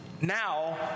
now